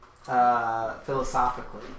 Philosophically